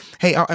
Hey